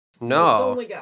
no